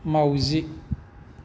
माउजि